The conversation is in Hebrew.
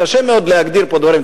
קשה מאוד להגדיר פה דברים.